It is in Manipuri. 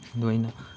ꯑꯗꯣ ꯑꯩꯅ